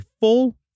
full